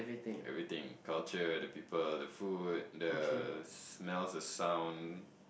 everything culture the people the food the smells the sound